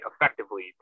effectively